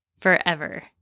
forever